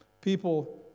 People